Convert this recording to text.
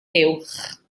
uwch